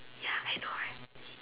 ya I know right